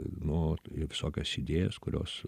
nu visokias idėjas kurios